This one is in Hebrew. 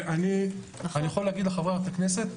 אני יכול לומר לחברת הכנסת,